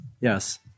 yes